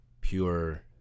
pure